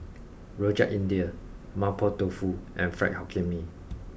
Rojak India Mapo Tofu and Fried Hokkien Mee